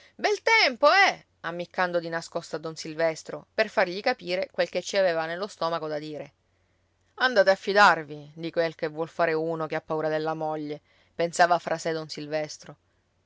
bel tempo eh ammiccando di nascosto a don silvestro per fargli capire quel che ci aveva nello stomaco da dire andate a fidarvi di quel che vuol fare uno che ha paura della moglie pensava fra di sé don silvestro